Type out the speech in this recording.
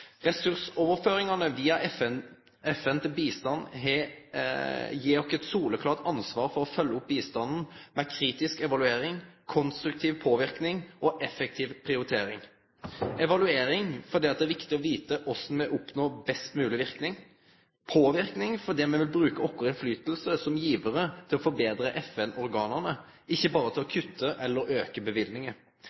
Ressursoverføringane via FN til bistand gir oss eit soleklart ansvar for å følgje opp bistanden med kritisk evaluering, konstruktiv påverknad og effektiv prioritering: evaluering fordi det er viktig å vite korleis me oppnår best mogleg verknad, påverknad fordi me vil bruke vår innflytelse som givarar til å forbetre FN-organa – ikkje berre til å kutte eller auke